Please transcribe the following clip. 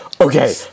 okay